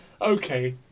Okay